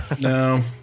no